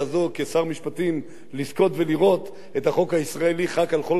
לזכות ולראות את החוק הישראלי חל על כל חלקי